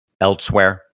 elsewhere